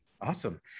Awesome